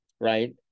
right